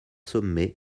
sommets